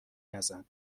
نزن